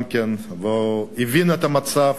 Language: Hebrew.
הוא הבין את המצב